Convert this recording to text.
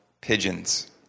Pigeons